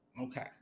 Okay